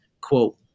quote